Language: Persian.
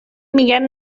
میگن